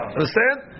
Understand